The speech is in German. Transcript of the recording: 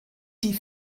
die